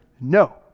no